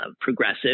progressive